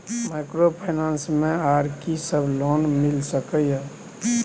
Microfinance मे आर की सब लोन मिल सके ये?